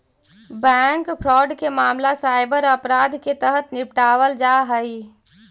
bank fraud के मामला cyber अपराध के तहत निपटावल जा हइ